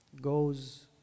goes